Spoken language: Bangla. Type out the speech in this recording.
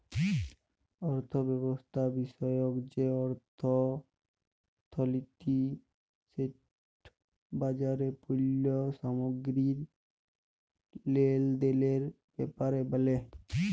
অথ্থব্যবস্থা বিষয়ক যে অথ্থলিতি সেট বাজারে পল্য সামগ্গিরি লেলদেলের ব্যাপারে ব্যলে